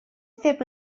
ddim